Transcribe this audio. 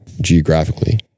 geographically